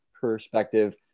perspective